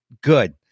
Good